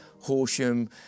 Horsham